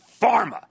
pharma